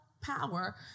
power